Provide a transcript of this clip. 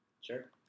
Sure